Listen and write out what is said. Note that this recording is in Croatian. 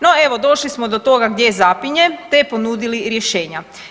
No, evo došli smo do toga gdje zapinje te ponudili rješenja.